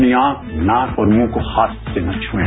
अपने आंख नाक और मुंह को हाथ से न छुएं